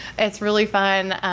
it's really fun.